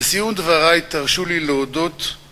לסיום דבריי תרשו לי להודות